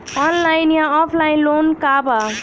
Online या offline loan का बा?